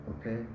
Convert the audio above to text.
okay